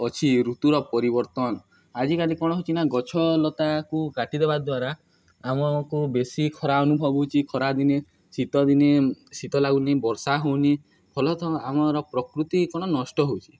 ଅଛି ଋତୁର ପରିବର୍ତ୍ତନ ଆଜିକାଲି କଣ ହଉଛି ନା ଗଛଲତାକୁ କାଟିଦବା ଦ୍ୱାରା ଆମକୁ ବେଶୀ ଖରା ଅନୁଭବ ହଉଛି ଖରାଦିନେ ଶୀତ ଦିନେ ଶୀତ ଲାଗୁନି ବର୍ଷା ହଉନି ଫଲତଃ ଆମର ପ୍ରକୃତି କ'ଣ ନଷ୍ଟ ହଉଛି